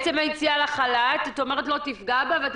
היציאה לחל"ת לא תפגע בה.